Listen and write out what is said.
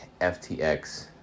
FTX